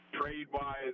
trade-wise